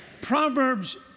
Proverbs